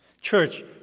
Church